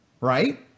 Right